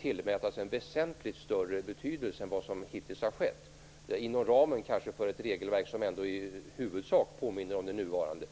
tillmäts en väsentligt större betydelse än vad som hittills har skett, kanske inom ramen för ett regelverk som ändå i huvudsak påminner om det nuvarande.